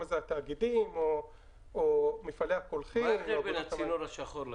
זה התאגידים או מפעלי הקולחין -- מה ההבדל בין הצינור השחור לצהוב?